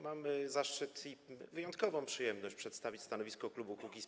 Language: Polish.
Mam zaszczyt i wyjątkową przyjemność przedstawić stanowisko klubu Kukiz’15.